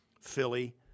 Philly